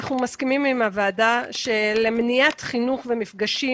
אנחנו מסכימים עם הוועדה שלמניעת חינוך ומפגשים